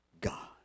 God